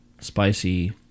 spicy